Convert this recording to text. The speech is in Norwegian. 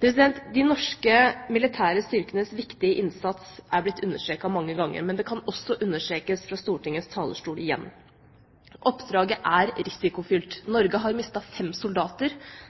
De norske militære styrkenes viktige innsats er blitt understreket mange ganger, men det kan understrekes fra Stortingets talerstol igjen. Oppdraget er risikofylt, Norge har mistet fem soldater,